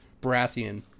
Baratheon